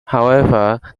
however